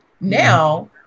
Now